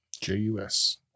J-U-S